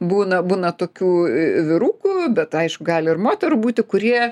būna būna tokių vyrukų bet aišku gali ir moterų būti kurie